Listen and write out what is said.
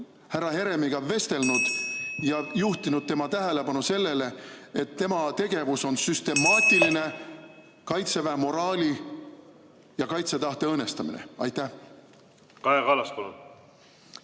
härra Heremiga vestelnud ja juhtinud tema tähelepanu sellele, et tema tegevus on süstemaatiline Kaitseväe moraali ja kaitsetahte õõnestamine? Aitäh, härra eesistuja!